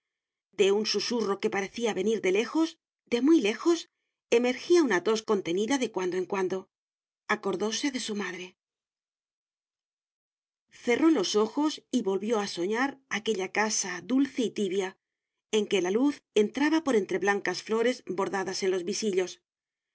de un susurro que parecía venir de lejos de muy lejos emergía una tos contenida de cuando en cuando acordóse de su madre cerró los ojos y volvió a soñar aquella casa dulce y tibia en que la luz entraba por entre las blancas flores bordadas en los visillos